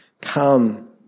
come